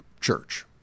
church